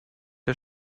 der